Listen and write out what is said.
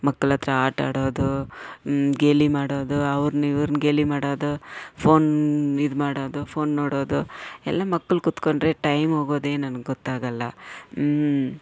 ಮಕ್ಕಳತ್ರ ಆಟ ಆಡೋದು ಗೇಲಿ ಮಾಡೋದು ಅವ್ರನ್ನ ಇವ್ರನ್ನ ಗೇಲಿ ಮಾಡೋದು ಫೋನ್ ಇದು ಮಾಡೋದು ಫೋನ್ ನೋಡೋದು ಎಲ್ಲ ಮಕ್ಳು ಕುತ್ಕೊಂಡ್ರೆ ಟೈಮ್ ಹೋಗೋದೆ ನನ್ಗೆ ಗೊತ್ತಾಗೋಲ್ಲ